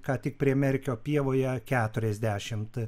ką tik prie merkio pievoje keturiasdešimt